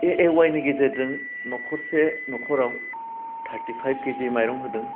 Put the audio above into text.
एएवाइनि गेजेरजों नखरसे नखराव थार्टिफाइभ किजि माइरं होदों